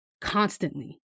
constantly